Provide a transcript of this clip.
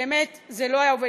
באמת זה לא היה עובד,